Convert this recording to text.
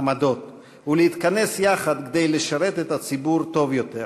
עמדות ולהתכנס יחד כדי לשרת את הציבור טוב יותר.